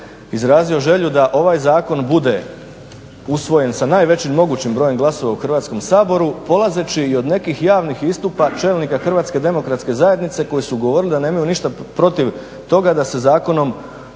izrazio želju da ovaj zakon bude usvojen sa najvećim mogućim brojem glasova u Hrvatskom saboru polazeći i od nekih javnih istupa čelnika HDZ-a koji su govorili da nemaju ništa protiv toga da se zakonom